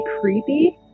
creepy